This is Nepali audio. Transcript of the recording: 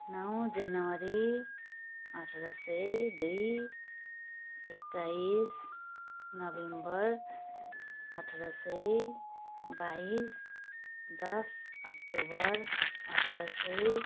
नौ जनवरी अठार सय दुई एक्काइस नोभेम्बर अठार सय बाइस दस अक्टोबर अठार सय